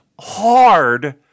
hard